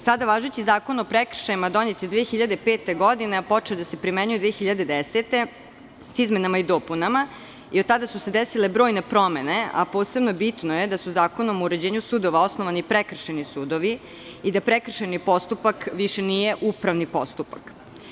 Sada važeći Zakon o prekršajima donet je 2005. godine, a počeo je da se primenjuje 2010. godine, sa izmenama i dopunama, jer tada su se desile brojne promene, a posebno je bitno da su Zakonom o uređenju sudova osnovani prekršajni sudovi i da prekršajni postupak više nije upravni postupak.